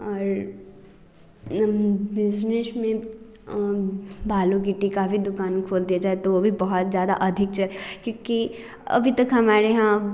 और बिजनेश में बालू गिट्टी का भी दुकान खोल दिया जाए तो वो भी बोहौत ज्यादा अधिक क्योंकि अभी तक हमारे यहाँ